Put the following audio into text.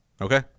Okay